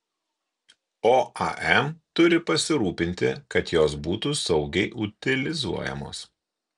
o am turi pasirūpinti kad jos būtų saugiai utilizuojamos